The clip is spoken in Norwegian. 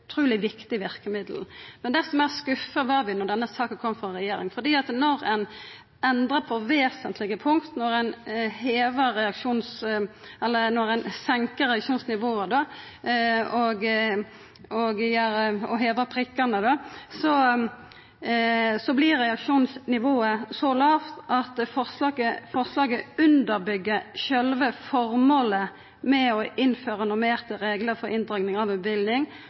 utruleg viktig verkemiddel. Og desto meir skuffa vart vi då denne saka kom frå regjeringa, for når ein endrar på vesentlege punkt, og når ein senkar reaksjonsnivået og hevar grensa for talet på prikkar, vert reaksjonsnivået så lågt at forslaget undergrev sjølve formålet med å innføra normerte reglar for inndraging av